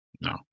No